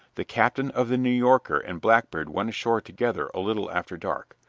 the captain of the new yorker and blackbeard went ashore together a little after dark.